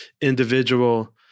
individual